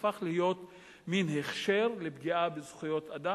הפך להיות מין הכשר לפגיעה בזכויות אדם.